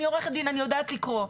אני עורכת דין, אני יודעת לקרוא.